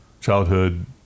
childhood